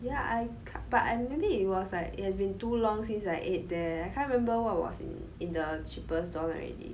yeah I c~ but I maybe it was like it has been too long since I ate there I can't remember what was in in the cheapest don already